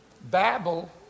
Babel